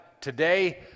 today